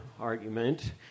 argument